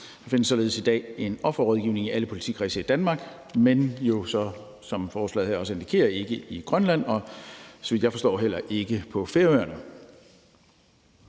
Der findes således i dag en offerrådgivning i alle politikredse i Danmark, men jo så ikke, som forslaget her også indikerer, i Grønland og, så vidt jeg forstår, heller ikke på Færøerne.